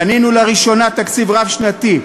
בנינו לראשונה תקציב רב-שנתי.